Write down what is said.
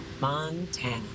Montana